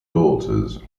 daughters